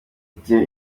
gihe